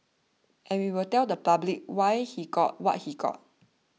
and we will tell the public why he got what he got